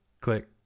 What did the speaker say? click